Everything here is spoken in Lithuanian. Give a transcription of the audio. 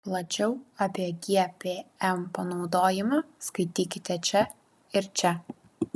plačiau apie gpm panaudojimą skaitykite čia ir čia